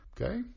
Okay